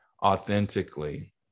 authentically